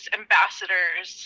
ambassadors